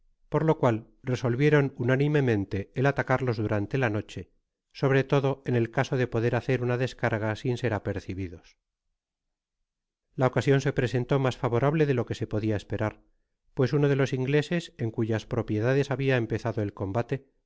por lo cual resolvieron unánimemente el atacarlos durante la noche sobre todo en el caso de poder hacer una descarga sin ser apercibidos la ocasion se presentó mas favorable delo que se podia esperar pues uno de loa ingleses en cuyas propiedades habia empezado e comba